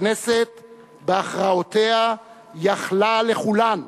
הכנסת בהכרעותיה יכלה לכולם.